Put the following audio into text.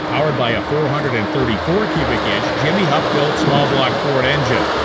powered by a four hundred and thirty four cubic inch, jimmy huff-built, small block ford engine.